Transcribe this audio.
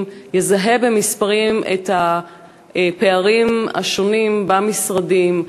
יזהה במשרדים את הפערים השונים במשרדים,